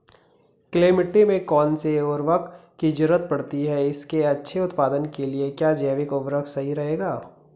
Clay मिट्टी में कौन से उर्वरक की जरूरत पड़ती है इसके अच्छे उत्पादन के लिए क्या जैविक उर्वरक सही रहेगा?